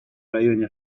районе